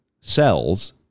cells